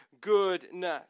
goodness